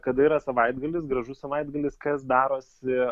kada yra savaitgalis gražus savaitgalis kas darosi